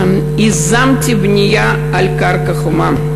יזמתי בנייה על קרקע חומה.